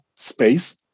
space